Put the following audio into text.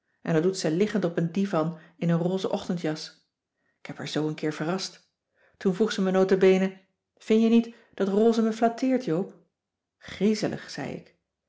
en dat doet ze liggend op een divan in een rose ochtendjas ik heb haar zoo een keer verrast toen vroeg ze me nota bene vin je niet dat rose me flatteert joop griezelig zei ik